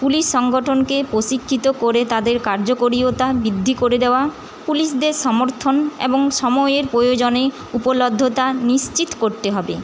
police সংগঠনকে প্রশিক্ষিত করে তাদের কার্যকারিওতা বৃদ্ধি করে দেওয়া পুলিসদের সমর্থন এবং সময়ের প্রয়োজনে উপলব্ধতা নিশ্চিত করতে হবে